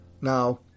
Now